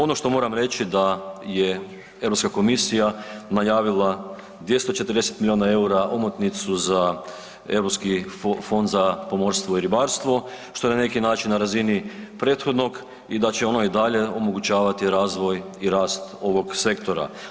Ono što moram reći da je Europska komisija najavila 240 milijuna EUR-a omotnicu za Europski fond za pomorstvo i ribarstvo, što je na neki način na razini prethodnog i da će ono i dalje omogućavati razvoj i rast ovog sektora.